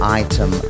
item